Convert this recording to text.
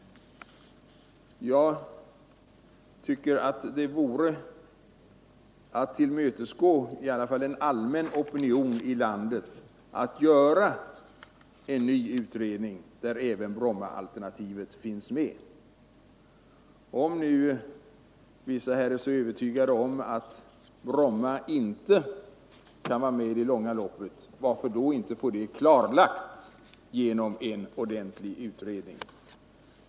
Jag tycker att man borde tillmötesgå en allmän opinion i landet och göra en ny utredning, där även Brommaalternativet finns med. Om nu vissa ledamöter här är så övertygade om att Brommaalternativet inte kan vara med i det långa loppet, varför då inte få detta klarlagt genom en ordentlig utredning?